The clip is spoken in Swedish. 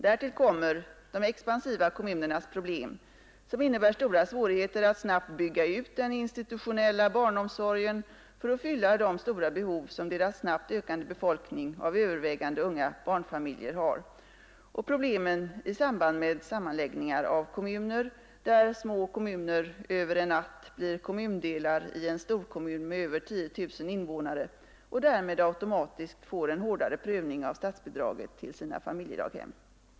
Därtill kommer de expansiva kommunernas problem, som innebär stora svårigheter att snabbt bygga ut den institutionella barnomsorgen för att fylla de stora behov som deras snabbt ökande befolkning av övervägande unga barnfamiljer har, och problemen i samband med sammanläggningar av kommuner, där små kommuner över en natt blir kommundelar i en storkommun med över 10 000 invånare och därmed automatiskt får en hårdare prövning av statsbidraget till sina familjedaghem.